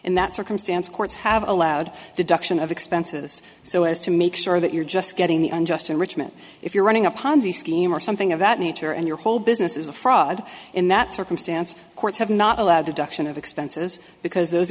in that circumstance courts have allowed the duction of expenses so as to make sure that you're just getting the unjust enrichment if you're running a ponzi scheme or something of that nature and your whole business is a fraud in that circumstance courts have not allowed the duction of expenses because those